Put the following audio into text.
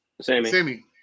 Sammy